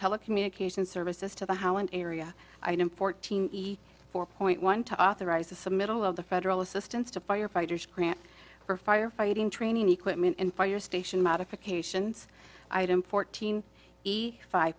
telecommunications services to the how an area i am fourteen four point one to authorize the middle of the federal assistance to firefighters grant for firefighting training equipment and fire station modifications item fourteen five